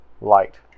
light